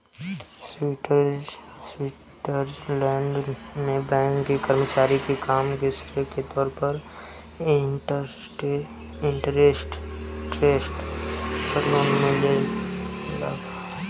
Switzerland में bank के कर्मचारी के काम के श्रेय के तौर पर कम इंटरेस्ट पर लोन मिलेला का?